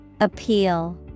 Appeal